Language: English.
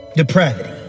depravity